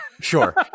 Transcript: Sure